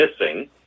missing